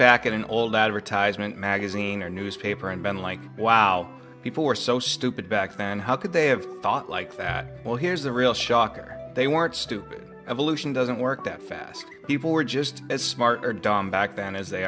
back at an old advertisement magazine or newspaper and been like wow people were so stupid back then how could they have thought like that well here's the real shocker they weren't stupid evolution doesn't work that fast people were just as smart or dumb back then as they